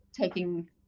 taking